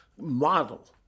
model